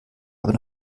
aber